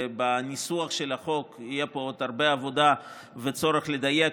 ובניסוח של החוק תהיה פה עוד הרבה עבודה וצורך לדייק,